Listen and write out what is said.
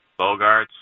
Bogarts